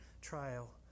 trial